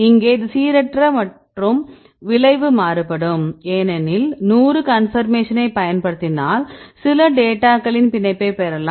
இங்கே இது சீரற்றது மற்றும் விளைவு மாறுபடும் ஏனெனில் 100 கன்பர்மேஷன்னை பயன்படுத்தினால் சில டேட்டாகளின் பிணைப்பை பெறலாம்